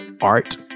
art